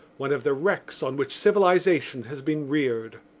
one of the wrecks on which civilisation has been reared.